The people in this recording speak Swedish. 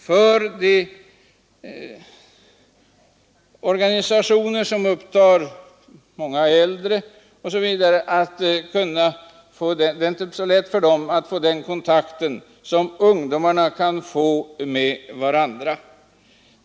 För de organisationer som omfattar många äldre är det kanhända inte alltid så lätt att få den kontakt med ungdomarna som de kan få med varandra.